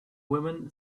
women